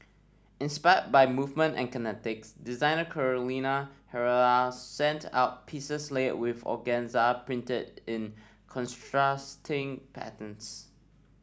inspired by movement and kinetics designer Carolina Herrera sent out pieces layered with organza printed in contrasting patterns